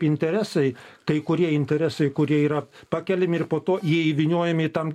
interesai kai kurie interesai kurie yra pakeliami ir po to jie įvyniojami į tam